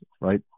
right